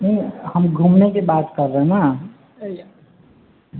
नहि नहि हम घूमने की बात कर रहे हैँ ने